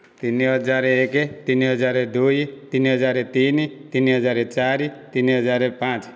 ତିନିହଜାର ଏକ ତିନିହଜାର ଦୁଇ ତିନିହଜାର ତିନି ତିନିହଜାର ଚାରି ତିନିହଜାର ପାଞ୍ଚ